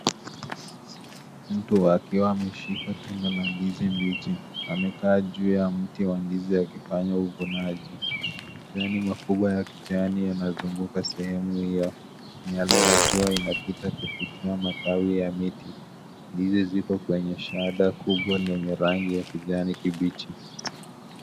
Mtu akiwa ameshika tunda la ndizi mbichi, amekaa juu ya mti wa ndizi yakiwa yakifanywa uvunaji, majani makubwa ya kijani yamezunguka sehemu hio, miale ya jua inapita kupitia matawi ya miti, ndizi ziko kwenye shahada kubwa yenye rangi ya kijani kibichi.